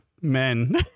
men